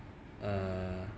err